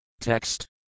Text